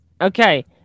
okay